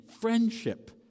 friendship